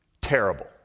terrible